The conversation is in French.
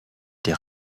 des